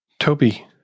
Toby